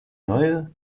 neue